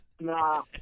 No